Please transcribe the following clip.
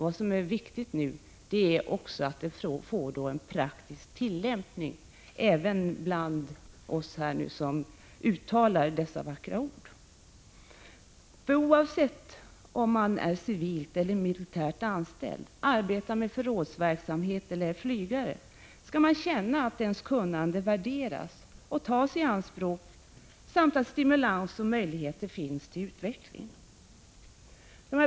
Vad som nu är angeläget är att dessa uttalanden får en praktisk tillämpning även bland oss som uttalar dessa ord. Oavsett om man är civilt eller militärt anställd, arbetar med förrådsverksamhet eller är flygare, skall man känna att ens kunnande värderas och tas i anspråk samt att det finns möjligheter till stimulans och utveckling.